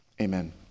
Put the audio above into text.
Amen